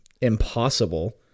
impossible